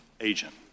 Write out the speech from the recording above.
agent